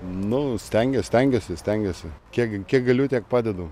nu stengiuos stengiuosi stengiuosi kiek kiek galiu tiek padedu